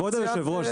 כבוד יושב הראש.